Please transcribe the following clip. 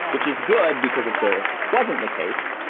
which is good, because if there wasn't the case,